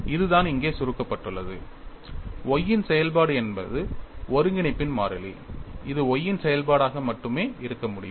அதுதான் இங்கே சுருக்கப்பட்டுள்ளது y இன் செயல்பாடு என்பது ஒருங்கிணைப்பின் மாறிலி இது y இன் செயல்பாடாக மட்டுமே இருக்க முடியும்